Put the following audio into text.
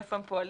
איפה הם פועלים,